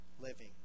living